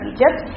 Egypt